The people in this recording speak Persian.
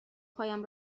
پایم